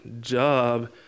job